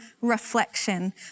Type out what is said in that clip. Reflection